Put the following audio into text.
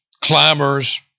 climbers